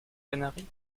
canari